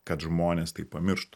kad žmonės tai pamirštų